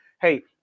Hey